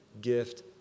gift